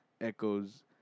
echoes